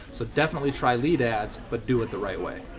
so definitely try lead ads, but do it the right way.